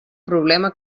problema